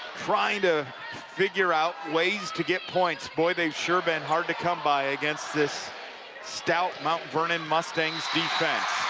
trying to figure out ways to get points. boy, they've sure been hard to come by against this stout mount vernon mustangs defense.